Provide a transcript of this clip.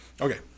okay